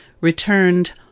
returned